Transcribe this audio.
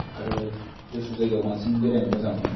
आरो गुसु जायगायाव बांसिन बेरायनो मोजां मोनो